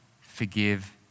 forgive